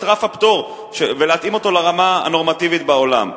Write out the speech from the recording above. רף הפטור ולהתאים אותו לרמה הנורמטיבית בעולם.